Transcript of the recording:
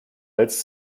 als